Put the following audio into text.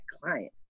client